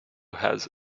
has